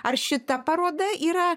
ar šita paroda yra